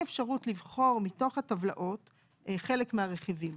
אבל אין אפשרות לבחור מתוך הטבלאות חלק מהרכיבים.